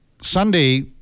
Sunday